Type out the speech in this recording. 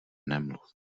nemluv